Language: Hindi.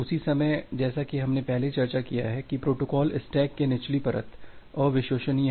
उसी समय जैसा कि हमने पहले चर्चा किया है कि प्रोटोकॉल स्टैक की निचली परत अविश्वसनीय है